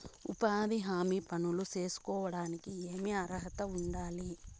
ఉపాధి హామీ పనులు సేసుకోవడానికి ఏమి అర్హత ఉండాలి?